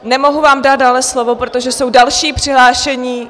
Nemohu vám dát dále slovo, protože jsou další přihlášení...